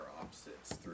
opposites